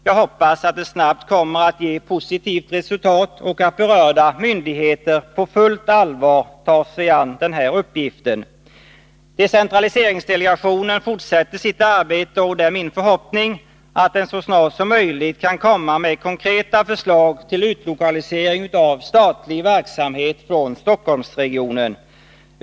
Jag hoppas att det snabbt kommer att ge positivt resultat och att berörda myndigheter på fullt allvar tar sig an den här uppgiften. Decentraliseringsdelegationen fortsätter sitt arbete, och det är min förhoppning att den så snart som möjligt kan komma med konkreta förslag till utlokalisering av statlig verksamhet från Stockholmsregionen.